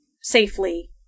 safely